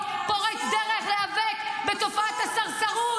-- שנלחמו על חוק פורץ דרך להיאבק בתופעת הסרסרות,